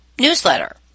newsletter